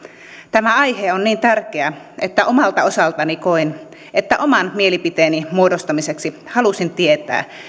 tämä aihe on niin tärkeä että omalta osaltani koen että oman mielipiteeni muodostamiseksi halusin tietää